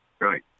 Right